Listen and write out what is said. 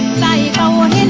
nine um one and